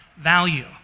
value